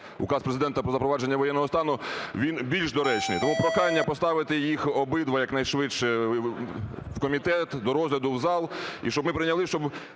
Указ Президента про запровадження воєнного стану, він більш доречний. Тому прохання поставити їх обидва якнайшвидше в комітет до розгляду в зал. І щоб ми прийняли, щоб